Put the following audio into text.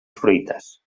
fruites